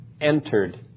entered